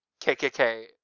KKK